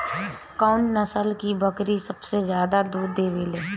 कौन नस्ल की बकरी सबसे ज्यादा दूध देवेले?